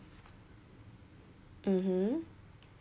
mmhmm